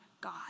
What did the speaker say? God